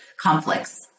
conflicts